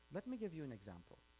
let me give you an example.